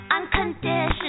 unconditional